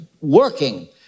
working